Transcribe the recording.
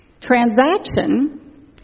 Transaction